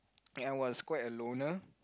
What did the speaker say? I was quite a loner